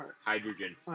hydrogen